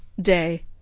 Day